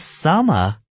summer